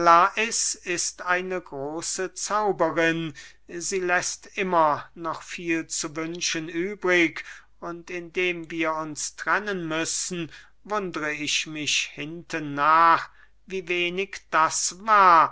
ist eine große zauberin sie läßt immer noch viel zu wünschen übrig und indem wir uns trennen müssen wundre ich mich hinten nach wie wenig das war